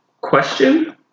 Question